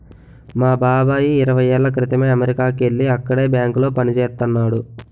మా బాబాయి ఇరవై ఏళ్ళ క్రితమే అమెరికాకి యెల్లి అక్కడే బ్యాంకులో పనిజేత్తన్నాడు